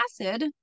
acid